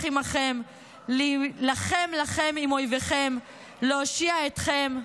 עמכם להלחם לכם עם איביכם להושיע אתכם'.